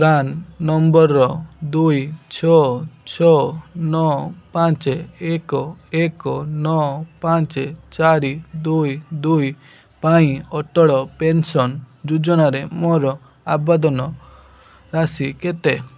PRAN number ଦୁଇ ଛଅ ଛଅ ନଅ ପାଞ୍ଚ ଏକ ଏକ ନଅ ପାଞ୍ଚ ଚାରି ଦୁଇ ଦୁଇ ପାଇଁ ଅଟଳ ପେନ୍ସନ୍ ଯୋଜନାରେ ମୋର ଅବଦାନ ରାଶି କେତେ